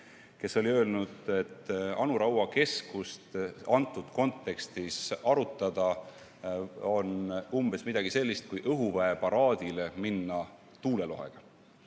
kes oli öelnud, et Anu Raua keskust selles kontekstis arutada on umbes midagi sellist, kui õhuväe paraadile minna tuulelohega.